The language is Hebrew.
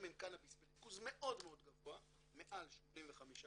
שמן קנאביס בריכוז מאוד מאוד גבוה, מעל 85%,